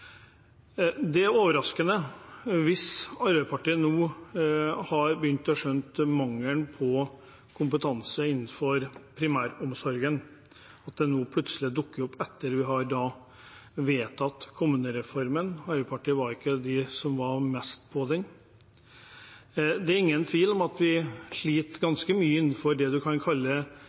Det er overraskende hvis Arbeiderpartiet nå har begynt å skjønne at det er mangel på kompetanse innenfor primæromsorgen, og at det nå, etter at vi har vedtatt kommunereformen, plutselig dukker opp. Arbeiderpartiet var ikke blant dem som var mest for den. Det er ingen tvil om at vi sliter ganske mye innenfor det en kan kalle